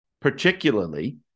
Particularly